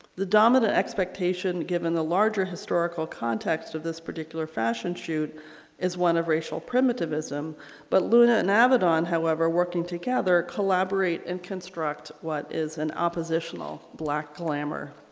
the dominant expectation given the larger historical context of this particular fashion shoot is one of racial primitivism but luna and avedon however working together collaborate and construct what is an oppositional black glamour.